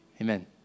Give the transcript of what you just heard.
Amen